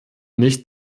nicht